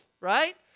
right